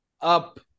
up